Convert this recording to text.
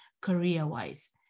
career-wise